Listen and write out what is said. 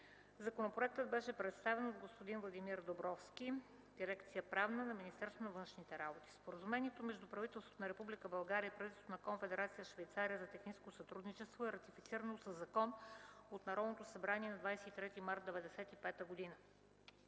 Законопроектът беше представен от господин Владимир Доровски – Дирекция „Правна” в Министерството на външните работи. Споразумението между правителството на Република България и правителството на Конфедерация Швейцария за техническо сътрудничество е ратифицирано със закон от Народното събрание на 23 март 1995 г.